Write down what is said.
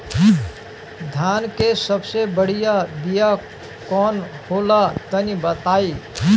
धान के सबसे बढ़िया बिया कौन हो ला तनि बाताई?